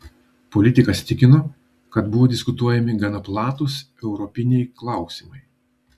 politikas tikino kad buvo diskutuojami gana platūs europiniai klausimai